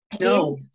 No